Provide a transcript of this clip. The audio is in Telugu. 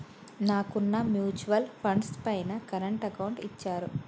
నాకున్న మ్యూచువల్ ఫండ్స్ పైన కరెంట్ అకౌంట్ ఇచ్చారు